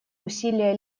усилия